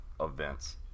events